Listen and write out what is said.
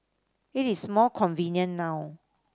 it is more convenient now